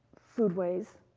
food ways.